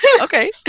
okay